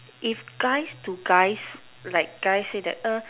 if guys to guys like guy say that